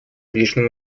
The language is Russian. ближнем